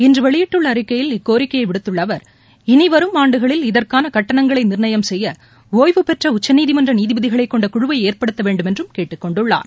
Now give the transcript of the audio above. இன்றுவெளிட்டுள்ளஅறிக்கையில் இக்கோரிக்கையவிடுத்துள்ளஅவர் இனிவரும் ஆண்டுகளில் இதற்கானகட்டணங்களைநிர்ணயம் செய்ய ஒய்வுபெற்றஉச்சநீதிமன்றநீதிபதிகளைக் கொண்டகுழுவைஏற்படுத்தவேண்டுமென்றும் கேட்டுக் கொண்டுள்ளார்